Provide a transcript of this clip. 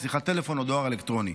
שיחת טלפון או דואר אלקטרוני.